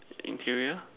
interior